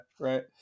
right